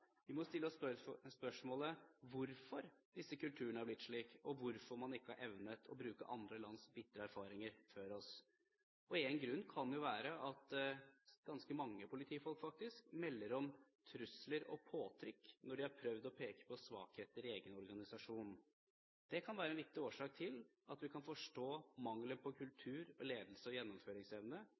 Vi må stille oss spørsmålet om hvorfor disse kulturene er blitt slik, og hvorfor man ikke har evnet å bruke bitre erfaringer andre land har gjort før oss. En grunn kan være at ganske mange politifolk melder om trusler og påtrykk når de har prøvd å peke på svakheter i egen organisasjon. Det kan være en viktig årsak til – og gjøre at vi kan forstå – mangelen på kultur, ledelse og gjennomføringsevne,